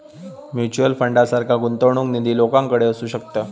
mutual फंडासारखा गुंतवणूक निधी लोकांकडे असू शकता